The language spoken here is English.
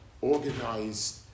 organized